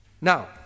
now